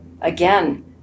again